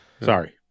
Sorry